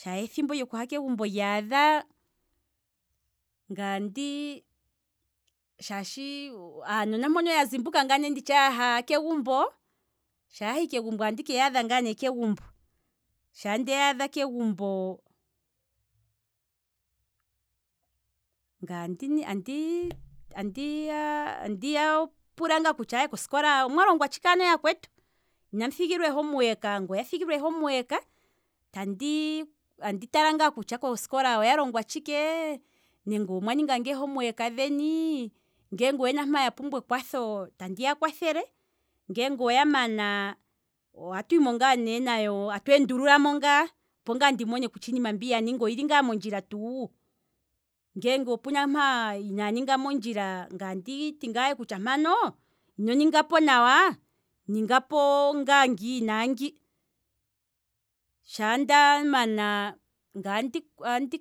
Shaa ethimbo lyokuha kegumbo lyaadha, ngaye andi, aanona, shaashi anona mpono yazimbuka ngaa nditshi yaha kegumbo, sha yahi kegumbo andi ke yaadha ngaa ne kegumbo, shaa nde yaadha kegumbo ngaye andi andi andi ya pula ngaa kosikola omwa longwa tshike yakwetu, nge oya thigilwa ee homework ngaye andiya pula ngaa kutya kosikola oya longwa tshike, nenge omwa ninga ngaa ee homework nongele oyena mpa ya pumbwa ekwatho tandi ya kwathele, ngeenge oya mana, ohatu himo nayo tatu endululamo ngaa opo ngaa ndimone kutya iinima mbi yaninga oyili ngaa mondjila tuu, ngeenge opena mpa inaya ninga mondjila ngaye anditi ne mpano, aye ino ningapo nawa, ningapo ngaa ngi naangi, shaa ndama, ngaye andi andi